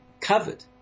covered